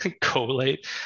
collate